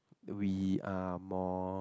we are more